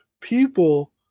people